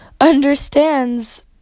understands